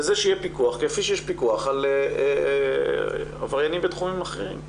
לזה שיהיה פיקוח כפי שיש פיקוח על עבריינים בתחומים אחרים?